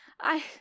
I-